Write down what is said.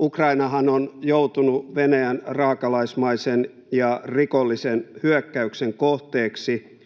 Ukrainahan on joutunut Venäjän raakalaismaisen ja rikollisen hyökkäyksen kohteeksi,